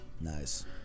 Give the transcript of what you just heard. nice